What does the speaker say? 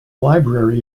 library